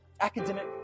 academic